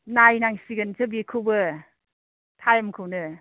नायनांसिगोनसो बेखौबो टाइमखौनो